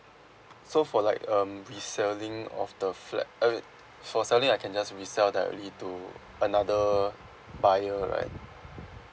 so for like um reselling of the flat I mean for selling I can just resell that already to another buyer right